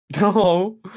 No